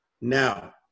Now